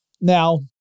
Now